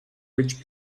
which